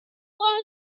tag